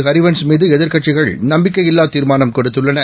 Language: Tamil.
ஹரிவன்ஷ்மீதுஎதிர்க் கட்சிகள் நம்பிக்கையில்லாதீர்மானம்கொடுத்துள்ளன